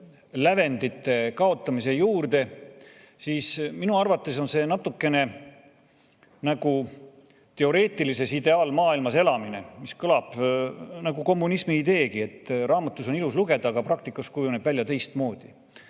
lävendite kaotamise juurde, ütlen, et minu arvates on see natukene nagu teoreetilises ideaalmaailmas elamine, mis kõlab nagu kommunismiideegi: raamatus on ilus lugeda, aga praktikas kujuneb välja teistmoodi.